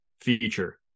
feature